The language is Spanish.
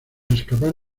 escapar